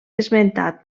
esmentat